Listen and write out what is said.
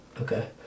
Okay